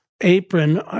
apron